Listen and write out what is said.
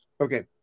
okay